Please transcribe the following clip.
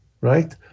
Right